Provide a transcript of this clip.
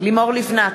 לימור לבנת,